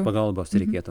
pagalbos reikėtų